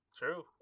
True